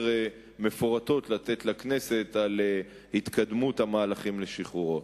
מפורטות לתת לכנסת על התקדמות המהלכים לשחרורו.